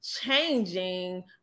changing